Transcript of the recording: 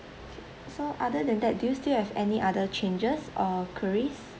okay so other than that do you still have any other changes or queries